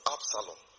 Absalom